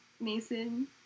Mason